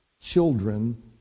children